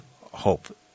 hope